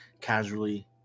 casually